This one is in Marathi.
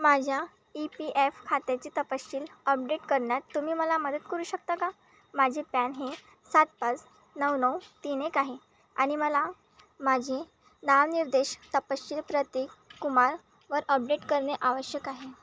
माझ्या ई पी एफ खात्याचे तपशील अपडेट करण्यात तुम्ही मला मदत करू शकता का माझे पॅन हे सात पाच नऊ नऊ तीन एक आहे आणि मला माझे नाव निर्देश तपशील प्रतीक कुमारवर अपडेट करणे आवश्यक आहे